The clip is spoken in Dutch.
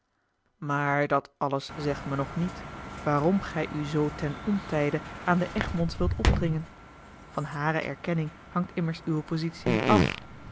maar dat alles zegt me nog niet waarom gij u zoo ten ontijde aan de egmonds wilt opdringen van hare erkenning hangt immers uwe positie niet af